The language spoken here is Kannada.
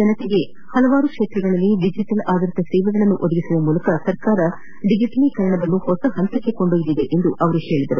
ಜನತೆಗೆ ಹಲವಾರು ಕ್ಷೇತ್ರಗಳಲ್ಲಿ ಡಿಜಿಟಲ್ ಆಧರಿತ ಸೇವೆಗಳನ್ನು ಒದಗಿಸುವ ಮೂಲಕ ಸರ್ಕಾರ ಡಿಜಿಟಲೀಕರಣವನ್ನು ಹೊಸ ಹಂತಕ್ಕೆ ಕೊಂಡೊಯ್ದಿದೆ ಎಂದು ಹೇಳಿದರು